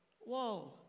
whoa